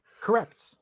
Correct